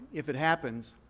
if it happens,